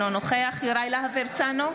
אינו נוכח יוראי להב הרצנו,